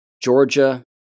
Georgia